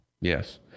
Yes